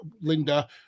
Linda